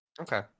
okay